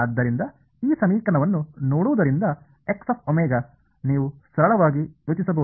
ಆದ್ದರಿಂದ ಈ ಸಮೀಕರಣವನ್ನು ನೋಡುವುದರಿಂದ ನ್ನೆ ನೀವು ಸರಳಾವಾಗಿ ಯೋಚಿಸಬಹುದು